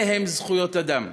אלה הן זכויות האדם.